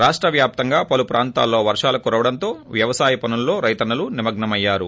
రాష్టవ్యాప్తంగా పలుప్రాంతాలలో వర్షాలు కురవడంతో వ్యవసాయ పనుల్లో రైతన్నలు నిమ్గ్పమయ్యారు